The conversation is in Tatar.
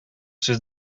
сүз